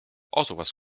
asuvas